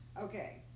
Okay